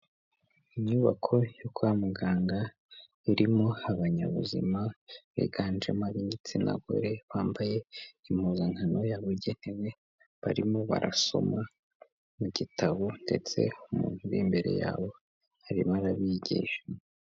Inyubako yo kwa muganga, irimo abanyabuzima, biganjemo ibo igitsina gore, bambaye impuzankano yabugenewe, barimo barasoma mu gitabo ndetse umuntu uri imbere yabo, arimo arabigisha.